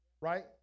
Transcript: right